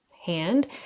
hand